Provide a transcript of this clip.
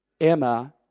Emma